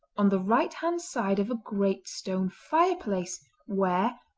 on the right-hand side of a great stone fireplace where,